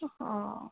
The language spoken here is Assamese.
অ'